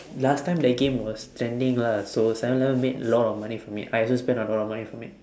last time that game was trending lah so seven eleven made a lot of money from it I also spend a lot of money from it